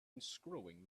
unscrewing